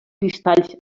cristalls